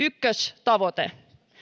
ykköstavoite